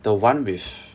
the [one] with